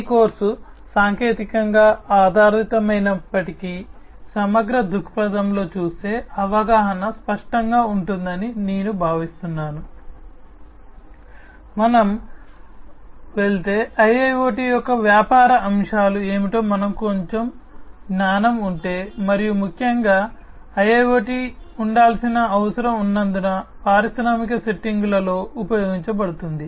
ఈ కోర్సు సాంకేతికంగా ఆధారితమైనప్పటికీ చూస్తే అవగాహన స్పష్టంగా ఉంటుందని నేను భావిస్తున్నాను మనం వెళితే IIoT యొక్క వ్యాపార అంశాలు ఏమిటో మనకు కొంచెం జ్ఞానం ఉంటే మరియు ముఖ్యంగా IIoT ఉండాల్సిన అవసరం ఉన్నందున పారిశ్రామిక సెట్టింగులలో ఉపయోగించబడుతుంది